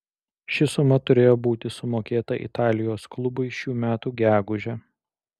ši suma turėjo būti sumokėta italijos klubui šių metų gegužę